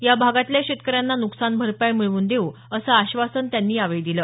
या भागातल्या शेतकऱ्यांना नुकसान भरपाई मिळवून देऊ असं आश्वासन त्यांनी यावेळी दिलं